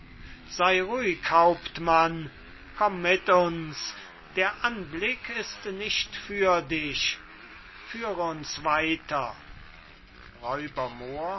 sey ruhig hauptmann komm mit uns der anblick ist nicht für dich führe uns weiter